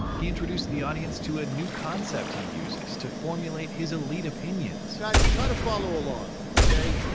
he introduced the audience to a new concept he uses, to formulate his lead opinions. guys, try to follow along, okay?